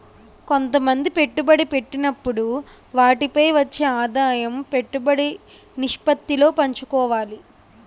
కొంతమంది పెట్టుబడి పెట్టినప్పుడు వాటిపై వచ్చే ఆదాయం పెట్టుబడి నిష్పత్తిలో పంచుకోవాలి